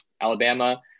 Alabama